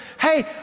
Hey